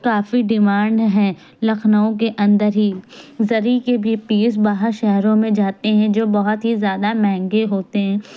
کافی demand ہیں لکھنؤ کے اندر ہی زری کے بھی پیس باہر شہروں میں جاتے ہیں جو بہت ہی زیادہ مہنگے ہوتے